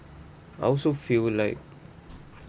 I also feel like